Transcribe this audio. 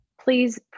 please